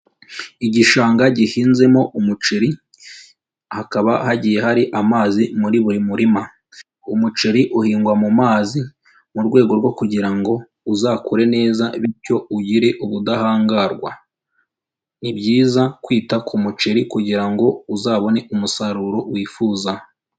Igishanga gihinzemo umuceri, hakaba hagiye hari amazi muri buri murima. Umuceri uhingwa mu mazi, mu rwego rwo kugira ngo uzakure neza bityo ugire ubudahangarwa. Ni byiza kwita ku muceri kugira ngo uzabone umusaruro wifuza.